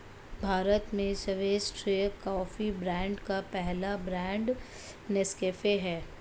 भारत में सर्वश्रेष्ठ कॉफी ब्रांडों का पहला ब्रांड नेस्काफे है